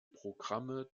programme